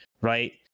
right